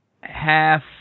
half